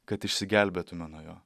kad išsigelbėtume nuo jo